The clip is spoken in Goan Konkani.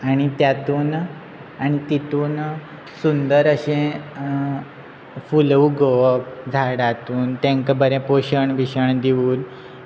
आनी त्यातून आनी तितून सुंदर अशें फूल उगोवप झाडांतून तांकां बरें पोशण बिशण दिवन